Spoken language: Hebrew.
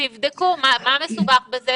מה מסובך בזה?